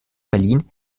berlin